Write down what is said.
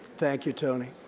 thank you, tony.